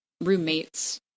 roommates